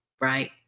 right